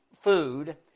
food